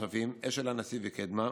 אשל הנשיא וקדמה,